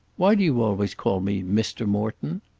why do you always call me mr. morton?